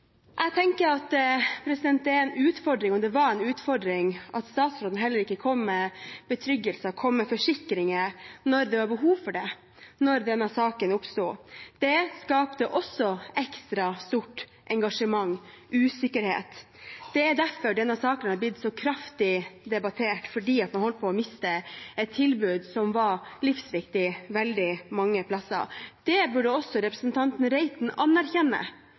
Det var en utfordring at statsråden heller ikke kom med betryggelser eller forsikringer da behovet for det oppsto i denne saken. Det skapte også ekstra stort engasjement og usikkerhet. Det er derfor denne saken har blitt så kraftig debattert, fordi man holder på å miste et tilbud som er livsviktig veldig mange plasser. Det burde også representanten Reiten anerkjenne.